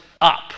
up